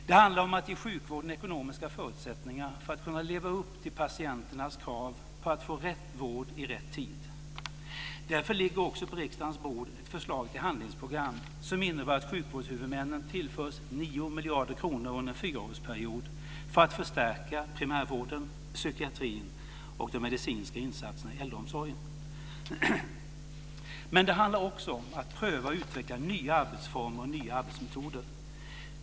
Det handlar om att ge sjukvården ekonomiska förutsättningar att leva upp till patienternas krav på att få rätt vård i rätt tid. Därför ligger också på riksdagens bord ett förslag till handlingsprogram som innebär att sjukvårdshuvudmännen tillförs 9 miljarder kronor under en fyraårsperiod för att förstärka primärvården, psykiatrin och de medicinska insatserna i äldreomsorgen. Men det handlar också om att pröva och utveckla nya arbetsformer och nya arbetsmetoder.